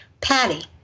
Patty